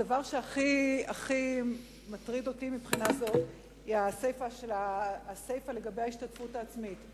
הדבר שהכי מטריד אותי מבחינה זו הוא הסיפא לגבי ההשתתפות העצמית.